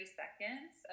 seconds